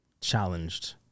challenged